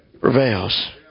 prevails